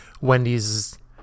Wendy's